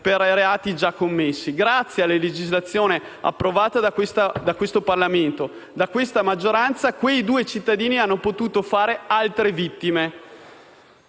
per reati già commessi. Invece, grazie alla legislazione approvata da questo Parlamento, da questa maggioranza, quei due cittadini marocchini hanno potuto fare altre vittime.